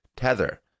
Tether